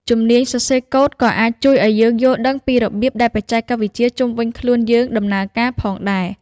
ជំនាញសរសេរកូដក៏អាចជួយឱ្យយើងយល់ដឹងពីរបៀបដែលបច្ចេកវិទ្យាជុំវិញខ្លួនយើងដំណើរការផងដែរ។